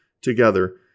together